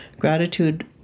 Gratitude